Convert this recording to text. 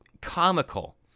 comical